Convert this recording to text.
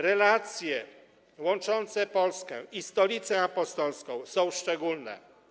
Relacje łączące Polskę i Stolicę Apostolską są szczególne.